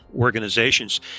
organizations